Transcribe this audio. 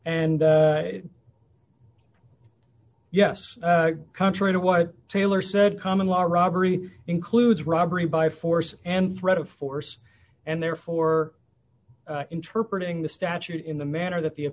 d yes contrary to what taylor said common law robbery includes robbery by force and threat of force and therefore interpret ing the statute in the manner that the